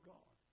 God